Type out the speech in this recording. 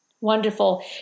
Wonderful